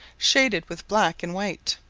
shaded with black and white.